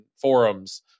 forums